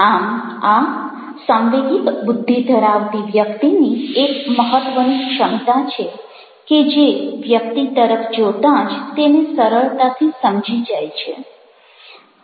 આમ આ સાંવેગિક બુદ્ધિ ધરાવતી વ્યક્તિની એક મહત્વની ક્ષમતા છે કે જે વ્યક્તિ તરફ જોતાં જ તેને સરળતાથી સમજી જાય છે